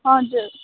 हजुर